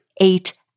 eight